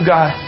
God